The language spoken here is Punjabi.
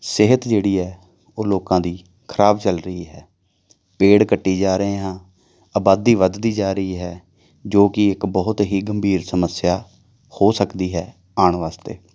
ਸਿਹਤ ਜਿਹੜੀ ਹੈ ਉਹ ਲੋਕਾਂ ਦੀ ਖਰਾਬ ਚੱਲ ਰਹੀ ਹੈ ਪੇੜ ਕੱਟੀ ਜਾ ਰਹੇ ਹਾਂ ਆਬਾਦੀ ਵੱਧਦੀ ਜਾ ਰਹੀ ਹੈ ਜੋ ਕਿ ਇੱਕ ਬਹੁਤ ਹੀ ਗੰਭੀਰ ਸਮੱਸਿਆ ਹੋ ਸਕਦੀ ਹੈ ਆਉਣ ਵਾਸਤੇ